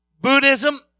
Buddhism